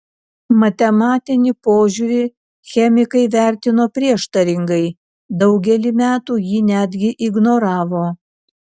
matematinį požiūrį chemikai vertino prieštaringai daugelį metų jį netgi ignoravo